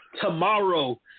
tomorrow